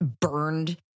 burned